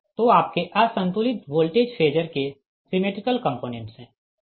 तो आपके असंतुलित वोल्टेज फेजर के सिमेट्रिकल कंपोनेंट्स है